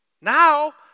Now